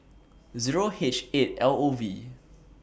Zero H eight L O V